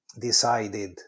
decided